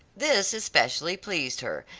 this especially pleased her,